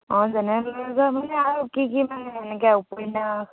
অঁ জেনেৰেল ন'লেজৰ মানে আৰু কি কি মানে এনেকৈ উপন্যাস